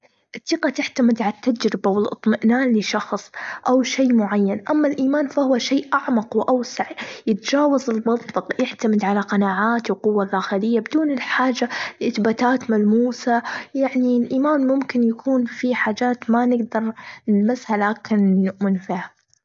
التقة تحتمد على التجربة، والاطمئنان لشخص، أو شي معين، أما الإيمان فهو شي أعمق وأوسع يتجاوز المنطق يحتمد على قناعات وقوة داخلية بدون الحاجة لاثباتات ملموسة يعني الإيمان ممكن يكون فيه حاجات ما نقدر نلمسها لكن نؤمن فيها.